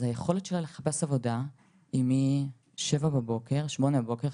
אז היכולת שלה לחפש עבודה היא משבע או שמונה בבוקר,